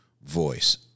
voice